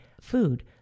food